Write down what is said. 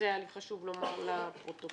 זה היה לי חשוב לומר לפרוטוקול,